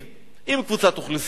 עם קבוצת אוכלוסייה,